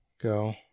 go